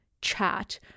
chat